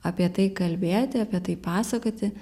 apie tai kalbėti apie tai pasakoti